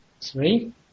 Three